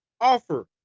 offer